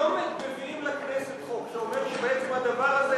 היום מביאים לכנסת חוק שאומר שבעצם הדבר הזה